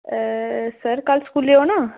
एह् सर कल स्कूले औना